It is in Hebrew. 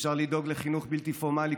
אפשר לדאוג לחינוך בלתי פורמלי.